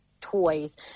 toys